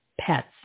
pets